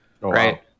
right